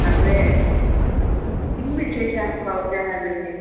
सर्वे किं विशेषः भवत्याः गृहे